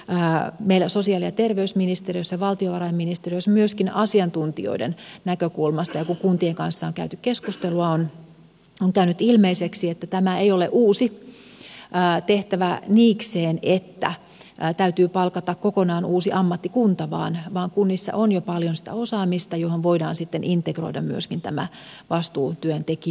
meillä sosiaali ja terveysministeriössä valtiovarainministeriössä myöskin asiantuntijoiden näkökulmasta ja kun kuntien kanssa on käyty keskustelua on käynyt ilmeiseksi että tämä ei ole uusi tehtävä niikseen että täytyy palkata kokonaan uusi ammattikunta vaan kunnissa on jo paljon sitä osaamista johon voidaan sitten integroida myöskin tämä vastuutyöntekijyys